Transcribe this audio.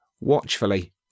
watchfully